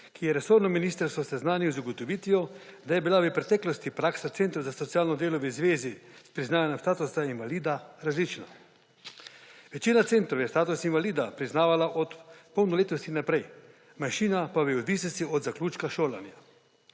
ki je resorno ministrstvo seznanil z ugotovitvijo, da je bila v preteklosti praksa centrov za socialno delo v zvezi s priznavanjem statusa invalida različna. Večina centrov je status invalida priznavala od polnoletnosti naprej, manjšina pa v odvisnosti od zaključka šolanja.